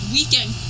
Weekend